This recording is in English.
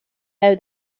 how